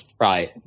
Right